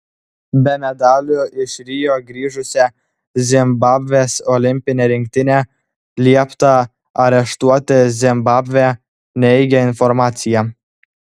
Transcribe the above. be medalių iš rio grįžusią zimbabvės olimpinę rinktinę liepta areštuoti zimbabvė neigia informaciją